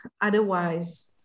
otherwise